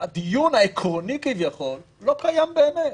הדיון העקרוני כביכול לא קיים באמת.